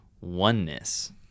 oneness